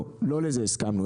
לא לזה הסכמנו.